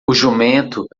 jumento